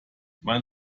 man